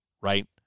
right